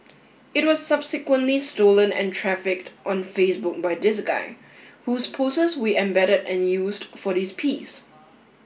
it was subsequently stolen and trafficked on Facebook by this guy whose poses we embedded and used for this piece